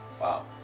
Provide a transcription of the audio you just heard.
Wow